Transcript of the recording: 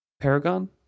Paragon